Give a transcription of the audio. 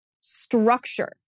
structure